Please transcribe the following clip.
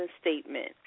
statement